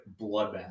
bloodbath